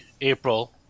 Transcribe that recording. April